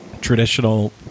traditional